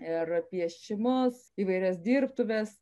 ir piešimus įvairias dirbtuves